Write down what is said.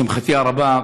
לשמחתי הרבה,